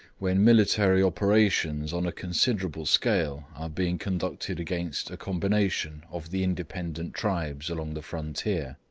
when military operations on a considerable scale are being conducted against a combination of the independent tribes along the frontier.